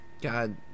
god